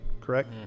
Correct